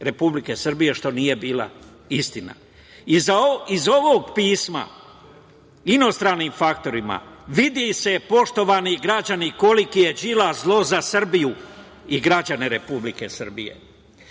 Republike Srbije, što nije bila istina. Iz ovog pisma inostranim faktorima, vidi se, poštovani građani koliko je Đilas zlo za Srbiju i građane Republike Srbije. Đilas